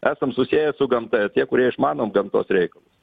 esam susiję su gamta ir tie kurie išmanom gamtos reikalus